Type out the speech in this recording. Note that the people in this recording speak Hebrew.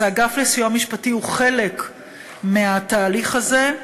אז, האגף לסיוע משפטי הוא חלק מהתהליך הזה.